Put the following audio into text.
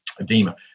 edema